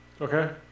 okay